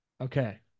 Okay